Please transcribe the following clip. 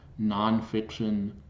nonfiction